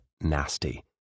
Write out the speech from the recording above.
nasty